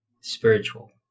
spiritual